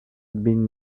been